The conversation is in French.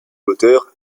l’auteur